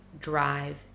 drive